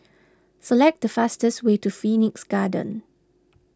select the fastest way to Phoenix Garden